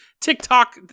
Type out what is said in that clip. TikTok